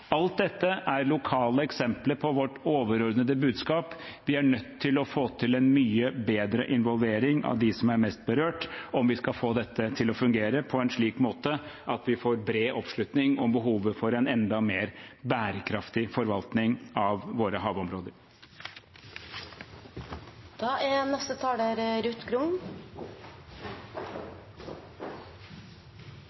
Alt dette er lokale eksempler på vårt overordnede budskap: Vi er nødt til å få til en mye bedre involvering av dem som er mest berørt om vi skal få dette til å fungere på en slik måte at vi får bred oppslutning om behovet for en enda mer bærekraftig forvaltning av våre havområder.